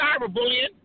cyberbullying